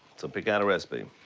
so pick out a recipe.